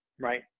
right